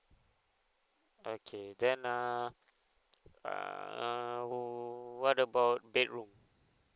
okay then uh uh uh what about bedroom